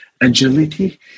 agility